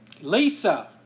Lisa